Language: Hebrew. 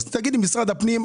תגיד לי משרד הפנים,